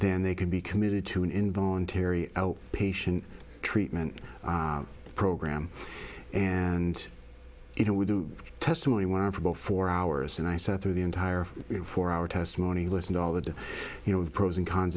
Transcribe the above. then they could be committed to an involuntary patient treatment program and you know we do testimony went on for about four hours and i sat through the entire four hour testimony listen to all the you know the pros and cons